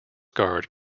guard